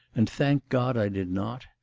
and thank god i did not!